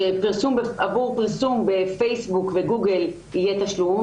שעבור פרסום בפייסבוק וגוגל יהיה תשלום,